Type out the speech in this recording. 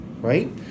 right